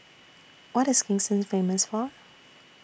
What IS Kingston Famous For